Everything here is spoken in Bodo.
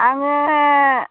आङो